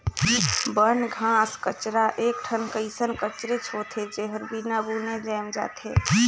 बन, घास कचरा एक ठन कइसन कचरेच होथे, जेहर बिना बुने जायम जाथे